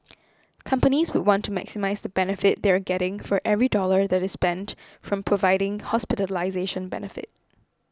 companies would want to maximise the benefit they are getting for every dollar that is spent from providing hospitalisation benefit